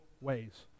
ways